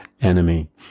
enemy